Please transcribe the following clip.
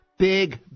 Big